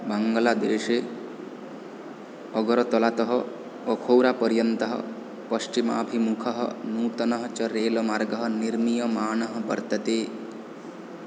बङ्ग्लादेशे अगरतलातः अखौरापर्यन्तः पश्चिमाभिमुखः नूतनः च रेलमार्गः निर्मीयमानः वर्तते